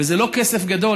וזה לא כסף גדול,